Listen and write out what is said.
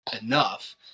enough